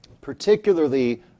particularly